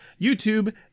YouTube